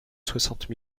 soixante